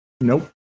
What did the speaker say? Nope